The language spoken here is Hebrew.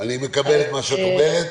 אני מקבל את מה שאת אומרת.